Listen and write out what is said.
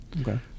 Okay